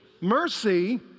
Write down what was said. Mercy